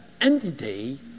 entity